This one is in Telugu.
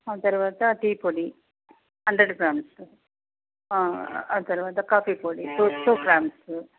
ఆ తర్వాత టీ పొడి హండ్రెడ్ గ్రామ్స్ ఆ తర్వాత కాపీ పొడి టూ టూ గ్రామ్స్